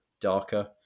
darker